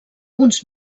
uns